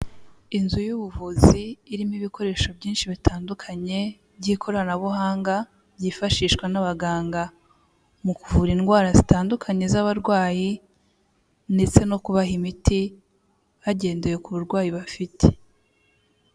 Inzu y'ubuvuzi irimo ibikoresho byinshi bitandukanye, by'ikoranabuhanga byifashishwa n'abaganga, mu kuvura indwara zitandukanye z'abarwayi ndetse no kubaha imiti hagendewe ku burwayi bafite.